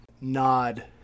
nod